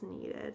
needed